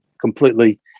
completely